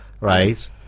Right